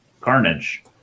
Carnage